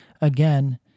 Again